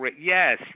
Yes